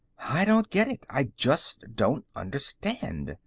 i don't get it, i just don't understand,